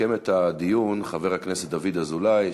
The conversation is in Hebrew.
יסכם את הדיון חבר הכנסת דוד אזולאי,